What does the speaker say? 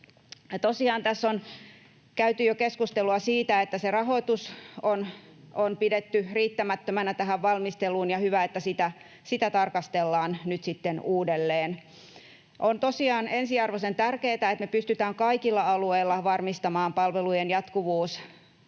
tässä on käyty jo keskustelua siitä, että sitä rahoitusta on pidetty riittämättömänä tähän valmisteluun, ja hyvä, että sitä tarkastellaan nyt sitten uudelleen. On ensiarvoisen tärkeätä, että me pystytään kaikilla alueilla varmistamaan palvelujen jatkuvuus